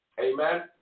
Amen